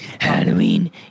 Halloween